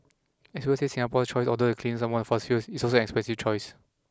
experts say Singapore choice although the cleanest among fossil fuels is also an expensive choice